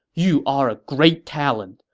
you are a great talent!